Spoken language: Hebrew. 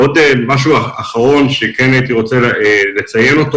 עוד משהו אחרון שכן הייתי רוצה לציין אותו.